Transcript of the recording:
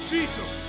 Jesus